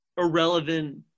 irrelevant